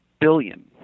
billion